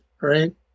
right